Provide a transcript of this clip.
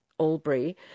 Albury